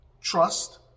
Trust